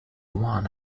one